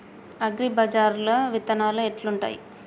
అగ్రిబజార్ల విత్తనాలు ఎట్లుంటయ్?